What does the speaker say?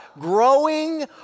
growing